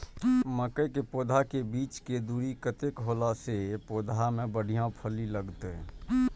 मके के पौधा के बीच के दूरी कतेक होला से पौधा में बढ़िया फली लगते?